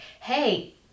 hey